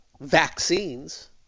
vaccines